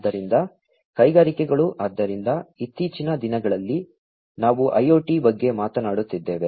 ಆದ್ದರಿಂದ ಕೈಗಾರಿಕೆಗಳು ಆದ್ದರಿಂದ ಇತ್ತೀಚಿನ ದಿನಗಳಲ್ಲಿ ನಾವು IoT ಬಗ್ಗೆ ಮಾತನಾಡುತ್ತಿದ್ದೇವೆ